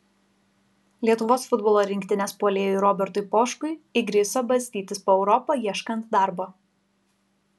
lietuvos futbolo rinktinės puolėjui robertui poškui įgriso bastytis po europą ieškant darbo